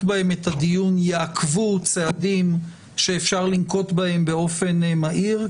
בהם את הדיון יעכבו צעדים שאפשר לנקוט בהם באופן מהיר,